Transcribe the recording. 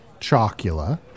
Chocula